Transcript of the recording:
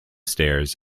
stairs